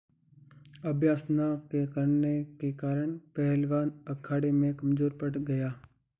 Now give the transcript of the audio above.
अभ्यास न करने के कारण पहलवान अखाड़े में कमजोर पड़ गया